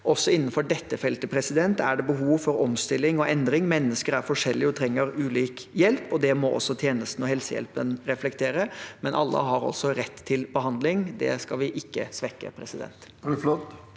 Også innenfor dette feltet er det behov for omstilling og endring. Mennesker er forskjellige og trenger ulik hjelp. Det må også tjenestene og helsehjelpen reflektere. Men alle har altså rett til behandling, og det skal vi ikke svekke. Sandra